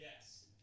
yes